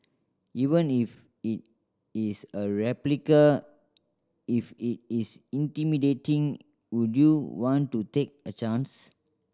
even if it is a replica if it is intimidating would you want to take a chance